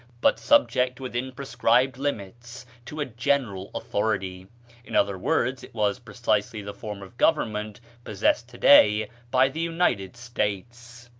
but subject within prescribed limits to a general authority in other words, it was precisely the form of government possessed to-day by the united states.